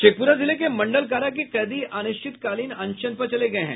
शेखपुरा जिले के मंडल कारा के कैदी अनिश्चितकालीन अनशन पर चले गये हैं